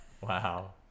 wow